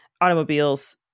automobiles